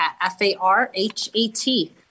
F-A-R-H-A-T